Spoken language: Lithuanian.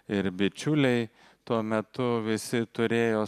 ir bičiuliai tuo metu visi turėjo